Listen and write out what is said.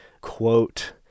quote